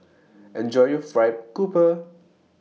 Enjoy your Fried Grouper